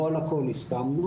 לא על הכול הסכמנו.